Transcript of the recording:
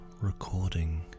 recording